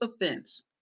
offense